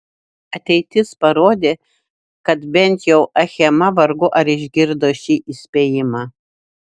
ateitis parodė kad bent jau achema vargu ar išgirdo šį įspėjimą